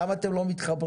למה אתם לא מתחברים?